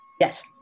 Yes